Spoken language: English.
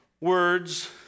words